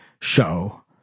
show